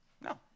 No